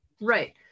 Right